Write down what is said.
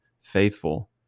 faithful